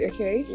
Okay